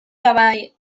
davall